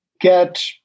Get